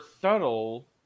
subtle